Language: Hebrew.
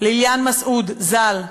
ליליאן מסעוד ז"ל,